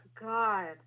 God